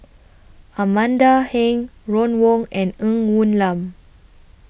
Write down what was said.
Amanda Heng Ron Wong and Ng Woon Lam